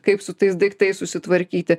kaip su tais daiktais susitvarkyti